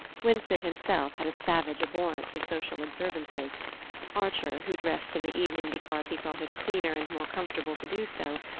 winsett himself had a savage abhorrence of social observances archer, who dressed in the evening because he thought it cleaner and more comfortable to do so,